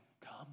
come